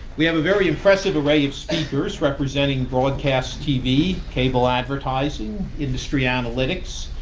we have a very impressive array of speakers, representing broadcast tv, cable advertising, industry analytics,